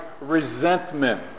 resentment